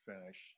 finish